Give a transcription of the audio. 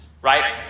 Right